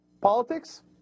politics